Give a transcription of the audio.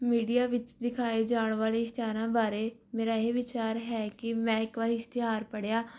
media ਵਿੱਚ ਦਿਖਾਏ ਜਾਣ ਵਾਲੇ ਇਸ਼ਤਿਹਾਰਾਂ ਬਾਰੇ ਮੇਰਾ ਇਹ ਵਿਚਾਰ ਹੈ ਕਿ ਮੈਂ ਇੱਕ ਵਾਰੀ ਇਸ਼ਤਿਹਾਰ ਪੜ੍ਹਿਆ